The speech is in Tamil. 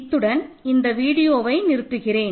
இத்துடன் இந்த வீடியோவை நிறுத்துகிறேன்